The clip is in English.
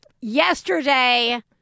yesterday